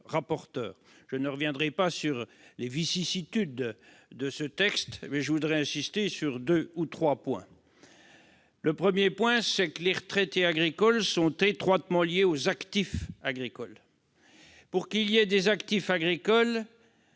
je ne reviendrai pas sur les vicissitudes qu'a connues ce texte, mais je voudrais insister sur quelques points. Tout d'abord, je tiens à dire que les retraités agricoles sont étroitement liés aux actifs agricoles. Pour qu'il y ait des actifs agricoles,